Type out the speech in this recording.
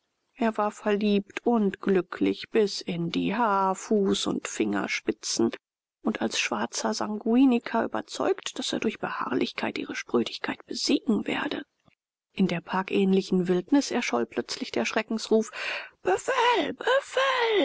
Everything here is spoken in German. er war verliebt und glücklich bis in die haar fuß und fingerspitzen und als schwarzer sanguiniker überzeugt daß er durch beharrlichkeit ihre sprödigkeit besiegen werde in der parkähnlichen wildnis erscholl plötzlich der schreckensruf